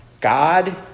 God